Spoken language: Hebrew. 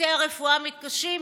וצוותי הרפואה מתקשים